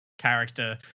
character